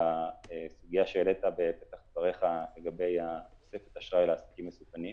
לסוגיה שהעלית בפתח דבריך לגבי תוספת אשראי לעסקים מסוכנים,